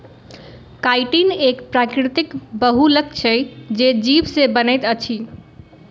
chitin एक प्राकृतिक बहुलक छै जे जीव से बनैत अछि